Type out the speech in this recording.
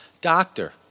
Doctor